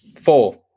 four